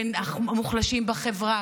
בין המוחלשים בחברה,